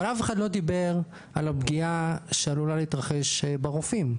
אבל אף אחד לא דיבר על הפגיעה שעלולה להתרחש ברופאים,